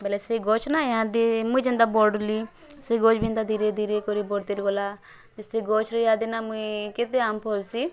ବେଲେ ସେ ଗଛ୍ ନା ଈହାଦେ ମୁଇଁ ଯେନ୍ତା ବଢ଼ିଲି ସେ ଗଛ୍ ବି ହେନ୍ତା ଧୀରେ ଧୀରେ କରି ବଢ଼ତେ ଗଲା ସେ ଗଛ୍ରେ ଏହାଦେ ନା ମୁଇଁ କେତେ ଆମ୍ବ୍ ଫଳସି